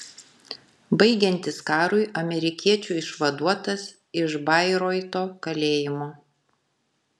baigiantis karui amerikiečių išvaduotas iš bairoito kalėjimo